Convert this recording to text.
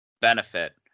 benefit